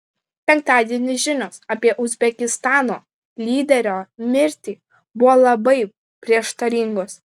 penktadienį žinios apie uzbekistano lyderio mirtį buvo labai prieštaringos